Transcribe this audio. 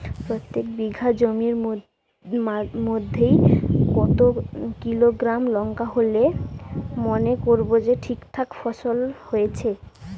প্রত্যেক বিঘা জমির মইধ্যে কতো কিলোগ্রাম লঙ্কা হইলে মনে করব ঠিকঠাক ফলন হইছে?